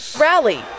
rally